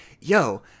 yo